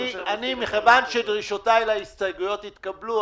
מכיוון שדרישותיי להסתייגויות התקבלו,